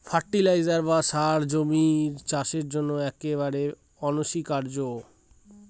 fertiliser বা সার জমির চাষের জন্য একেবারে অনস্বীকার্য